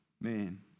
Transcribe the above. man